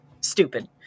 stupid